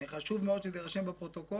חשוב מאוד שזה יירשם בפרוטוקול,